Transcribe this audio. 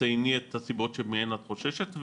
תצייני את הסיבות שמהן את חוששת.